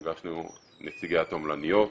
נפגשנו עם נציגי התועמלניות,